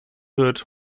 wird